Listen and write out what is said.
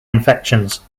infections